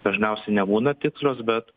dažniausiai nebūna tikslios bet